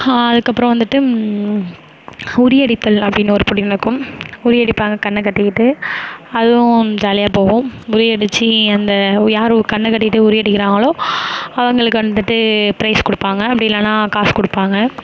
அதுக்கப்புறம் வந்துட்டு உரி அடித்தல் அப்படின்னு ஒரு போட்டி நடக்கும் உரி அடிப்பாங்க கண்ணை கட்டிக்கிட்டு அதுவும் ஜாலியாக போகும் உரி அடித்து அந்த யாரு கண்ணை கட்டிக்கிட்டு உரி அடிக்கிறாங்களோ அவங்களுக்கு வந்துட்டு ப்ரைஸ் கொடுப்பாங்க அப்படி இல்லைனா காசு கொடுப்பாங்க